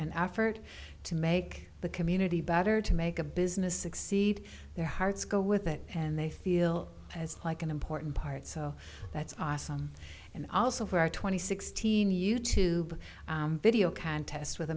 and effort to make the community better to make a business succeed their hearts go with it and they feel as like an important part so that's awesome and also for our twenty sixteen you to video contest with